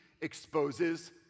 exposes